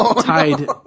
tied